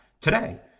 today